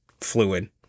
fluid